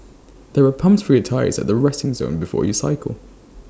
there are pumps for your tyres at the resting zone before you cycle